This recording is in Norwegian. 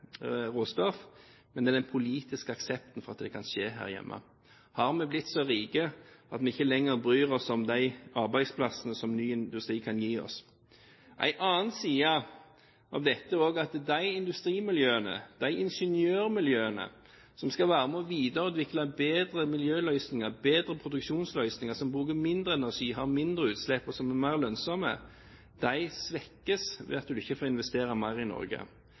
råstoff, men det er den politiske aksepten for at det kan skje her hjemme. Har vi blitt så rike at vi ikke lenger bryr oss om de arbeidsplassene som ny industri kan gi oss? En annen side av dette er også at de industrimiljøene, de ingeniørmiljøene, som skal være med på å videreutvikle bedre miljøløsninger, bedre produksjonsløsninger, som bruker mindre energi, som har mindre utslipp, og som er mer lønnsomme, svekkes ved at man ikke får investere mer i Norge.